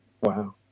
Wow